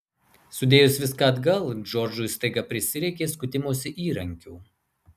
sudėjus viską atgal džordžui staiga prisireikė skutimosi įrankių